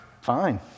fine